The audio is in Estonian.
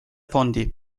fondi